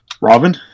Robin